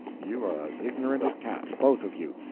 you are as ignorant as cats, both of you,